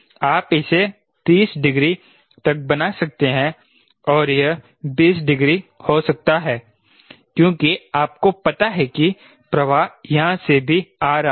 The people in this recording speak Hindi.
आप इसे 30 डिग्री तक बना सकते हैं और यह 20 डिग्री हो सकता है क्योंकि आपको पता है कि प्रवाह यहाँ से भी आ रहा है